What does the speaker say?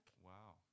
Wow